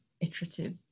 iterative